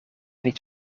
niet